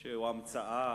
או המצאה